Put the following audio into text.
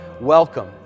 welcome